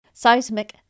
Seismic